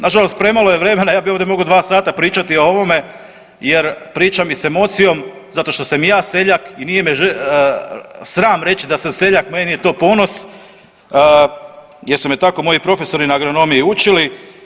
Nažalost, premalo je vremena, ja bi ovdje mogao dva sata pričati o ovome jer pričam i s emocijom zato što sam i ja seljak i nije me sram reći da sam seljak, meni je to ponos jer su me tako moji profesori na agronomiji učili.